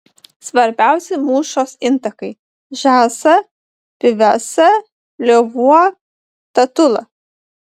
svarbiausi mūšos intakai žąsa pyvesa lėvuo tatula